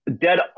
dead